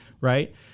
Right